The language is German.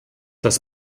das